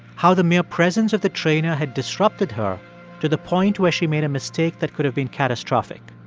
how the mere presence of the trainer had disrupted her to the point where she made a mistake that could have been catastrophic.